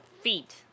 Feet